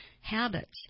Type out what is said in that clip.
habits